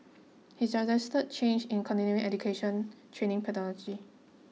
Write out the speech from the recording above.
he suggested changes in continuing education training pedagogy